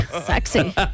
Sexy